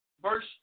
verse